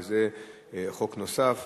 וזה חוק נוסף,